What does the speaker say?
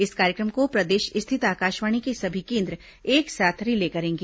इस कार्यक्रम को प्रदेश स्थित आकाशवाणी के सभी केन्द्र एक साथ रिले करेंगे